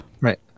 Right